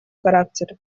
характер